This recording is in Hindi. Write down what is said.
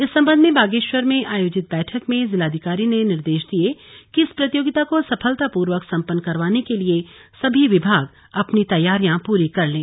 इस संबंध में बागेश्वर में आयोजित बैठक में जिलाधिकारी ने निर्देश दिए कि इस प्रतियोगिता को सफलतापूर्वक संपन्न करवाने के लिए सभी विभाग अपनी तैयारियां पूरी कर लें